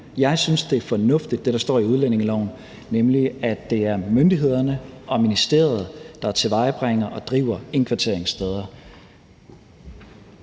Jeg synes, at det, der står i udlændingeloven, er fornuftigt, nemlig at det er myndighederne og ministeriet, der tilvejebringer og driver indkvarteringssteder.